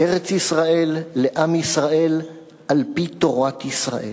"ארץ-ישראל לעם ישראל על-פי תורת ישראל".